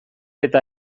eta